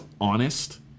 honest